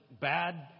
bad